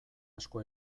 asko